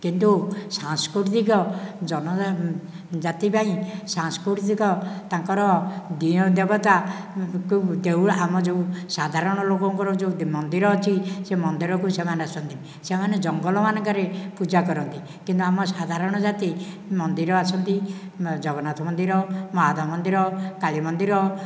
କିନ୍ତୁ ସାଂସ୍କୃତିକ ଜନ ଜାତି ପାଇଁ ସାଂସ୍କୃତିକ ତାଙ୍କର ଦିଅଁ ଦେବତା ଦେଉଳ ଆମର ଯେଉଁ ସାଧାରଣ ଲୋକଙ୍କର ଯେଉଁ ମନ୍ଦିର ଅଛି ସେ ମନ୍ଦିରକୁ ସେମାନେ ଆସନ୍ତିନି ସେମାନେ ଜଙ୍ଗଲ ମାନଙ୍କରେ ପୂଜା କରନ୍ତି କିନ୍ତୁ ଆମର ସାଧାରଣ ଜାତି ମନ୍ଦିର ଆସନ୍ତି ଜଗନ୍ନାଥ ମନ୍ଦିର ମାଧବ ମନ୍ଦିର କାଳୀ ମନ୍ଦିର